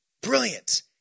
Brilliant